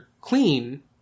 clean